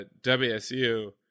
WSU